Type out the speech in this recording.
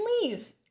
leave